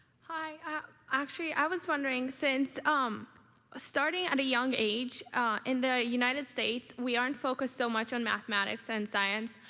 ah actually, i was wondering, since um ah starting at a young age in the united states we aren't focused so much on mathematics and science,